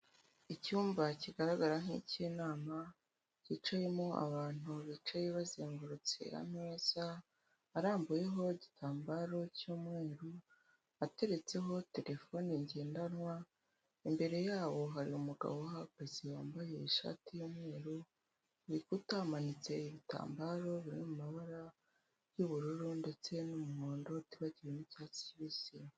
Icyumba kigaragara nk'ikinama hucayemo abantu bicaye bazengurutse ameza arambuyeho igitambaro cy'umweru ateretseho telefone ngendanwa, imbere yabo hari umu8gabo uhahagaze wambaye ishati y'umweru ku bikuta hamanitse ibitambaro biri mu ibara ry'ubururu, umuhondo tutibagiwe n'icyatsi.